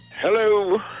Hello